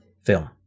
film